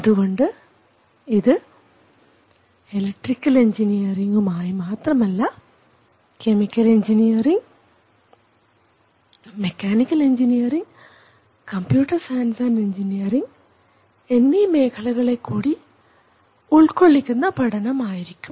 അതുകൊണ്ട് ഇത് ഇലക്ട്രിക്കൽ എൻജിനീയറിങ്ങും മാത്രമല്ല chemical engineering mechanical engineering computer science and engineering എന്നീ മേഖലകളെകൂടി ഉൾക്കൊള്ളിക്കുന്ന പഠനം ആയിരിക്കും